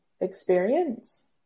experience